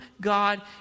God